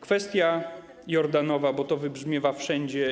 Kwestia Jordanowa, bo to wybrzmiewa wszędzie.